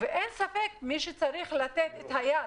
ואין ספק שמי שצריך לתת את היד